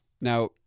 Now